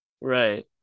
Right